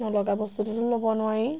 নলগা বস্তুটোতো ল'ব নোৱাৰি